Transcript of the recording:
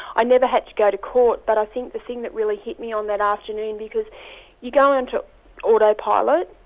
i never had to go to court, but i think the thing that really hit me on that afternoon-because you go into auto-pilot